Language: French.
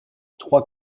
trois